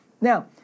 Now